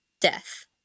death